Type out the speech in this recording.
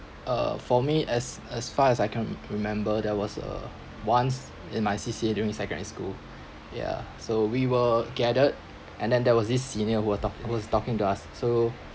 uh for me as as far as I can re~ remember there was uh once in my C_C_A during secondary school yeah so we were gathered and then there was this senior who were talk who was talking to us so